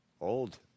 Old